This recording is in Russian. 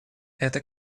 это